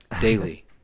daily